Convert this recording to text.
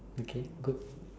okay good